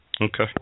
Okay